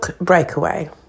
breakaway